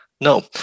no